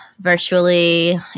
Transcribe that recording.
virtually